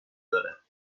دارد